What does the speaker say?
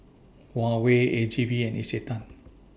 Huawei A G V and Isetan